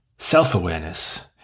Self-awareness